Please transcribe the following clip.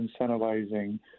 incentivizing